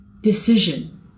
decision